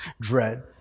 dread